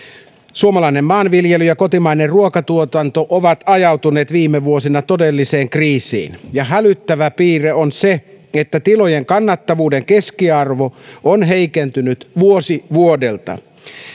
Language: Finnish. suomalainen maanviljely ja kotimainen ruokatuotanto ovat ajautuneet viime vuosina todelliseen kriisiin ja hälyttävä piirre on se että tilojen kannattavuuden keskiarvo on heikentynyt vuosi vuodelta